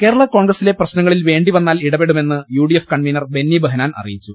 കേരള കോൺഗ്രസിലെ പ്രശ്നങ്ങളിൽ വ്യെണ്ടിവന്നാൽ ഇട പെടുമെന്ന് യുഡിഎഫ് കൺവീനർ ബെന്നി ബ്രെഹനാൻ അറി യിച്ചു